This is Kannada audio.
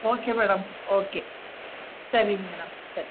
ಓಕೆ ಮೇಡಮ್ ಓಕೆ ಸರಿ ಮೇಡಮ್ ಸರಿ